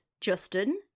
Justin